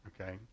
okay